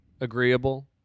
agreeable